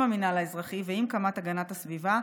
המינהל האזרחי ועם קמ"ט הגנת הסביבה,